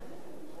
הרבה שנים כבר.